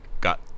got